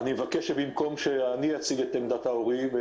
אני מבקש שבמקום שאני אציג את עמדת ההורים,